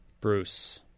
Bruce